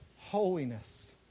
holiness